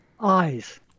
Eyes